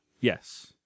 Yes